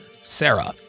Sarah